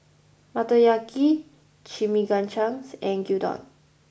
Motoyaki Chimichangas and Gyudon